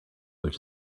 which